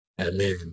Amen